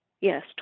Yes